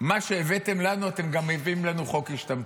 מה שהבאתם לנו, אתם גם מביאים לנו חוק השתמטות?